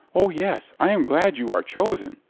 o yes, i am glad you are chosen,